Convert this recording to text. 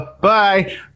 bye